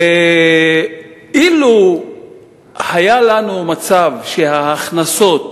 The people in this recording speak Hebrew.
אילו היה לנו מצב שההכנסות